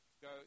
go